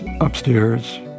upstairs